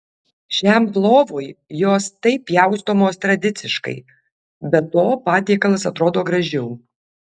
šiam plovui jos taip pjaustomos tradiciškai be to patiekalas atrodo gražiau